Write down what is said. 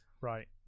right